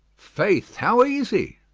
faith how easie?